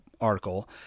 article